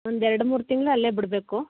ಒಂದು ಎರಡು ಮೂರು ತಿಂಗ್ಳು ಅಲ್ಲೇ ಬಿಡಬೇಕು